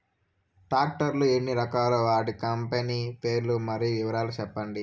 Tractor లు ఎన్ని రకాలు? వాటి కంపెని పేర్లు మరియు వివరాలు సెప్పండి?